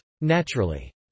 Naturally